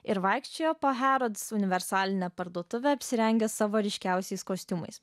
ir vaikščiojo po harrods universalinę parduotuvę apsirengęs savo ryškiausiais kostiumais